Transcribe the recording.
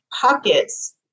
pockets